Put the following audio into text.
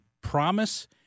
promise